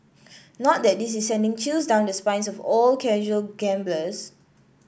not that this is sending chills down the spines of all casual gamblers